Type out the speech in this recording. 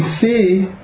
see